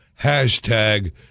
hashtag